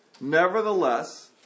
Nevertheless